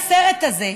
הסרט הזה,